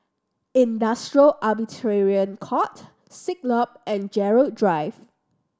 Industrial Arbitration Court Siglap and Gerald Drive